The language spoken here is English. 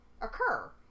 occur